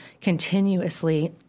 continuously